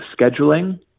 scheduling